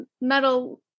metal